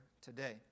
today